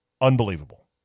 unbelievable